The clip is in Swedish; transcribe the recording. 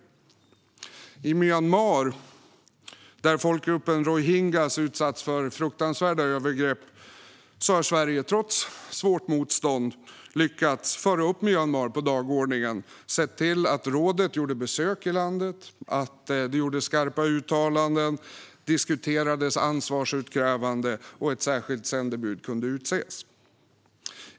När det gäller Myanmar, där folkgruppen rohingya utsatts för fruktansvärda övergrepp, har Sverige trots svårt motstånd lyckats föra upp landet på dagordningen och sett till att rådet gjorde besök i landet, att det gjordes skarpa uttalanden, att det diskuterades ansvarsutkrävande och att ett särskilt sändebud kunde utses.